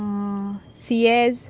C S